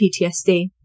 PTSD